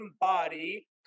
body